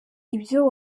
ibyo